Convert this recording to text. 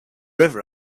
river